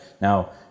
Now